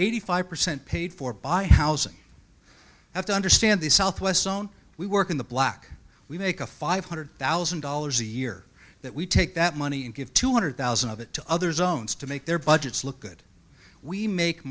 eighty five percent paid for by housing have to understand the southwest's own we work in the black we make a five hundred thousand dollars a year that we take that money and give two hundred thousand of it to others own still make their budgets look good we make